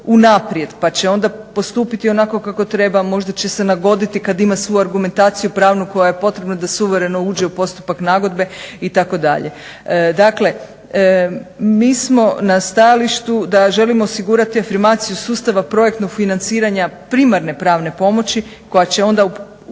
pa će onda postupiti onako kako treba, možda će se nagoditi kad ima svu argumentaciju pravnu koja je potrebna da suvereno uđe u postupak nagodbe itd. Dakle, mi smo na stajalištu da želimo osigurati afirmaciju sustava projektnog financiranja primarne pravne pomoći koja će onda po našim